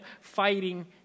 fighting